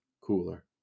cooler